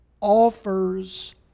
offers